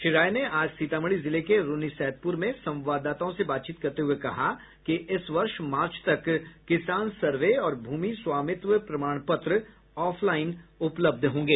श्री राय ने आज सीतामढ़ी जिले के रून्नीसैदपुर में संवाददाताओं से बातचीत करते हुए कहा कि इस वर्ष मार्च तक किसान सर्वे और भूमि स्वामित्व प्रमाण पत्र ऑफलाईन उपलब्ध होंगे